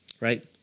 Right